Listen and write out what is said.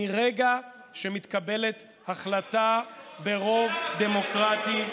מרגע שמתקבלת החלטה ברוב דמוקרטי,